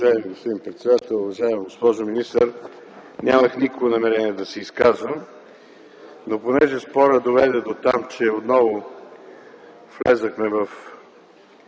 възможности